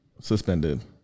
suspended